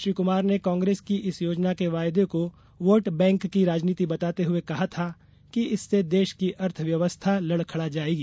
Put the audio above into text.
श्री कुमार ने कांग्रेस की इस योजना के वायदे को वोट बैंक की राजनीति बताते हुए कहा था कि इससे देश की अर्थ व्यरवस्था लड़खडा जाएगी